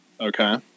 okay